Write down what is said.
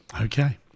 Okay